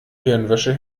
hirnwäsche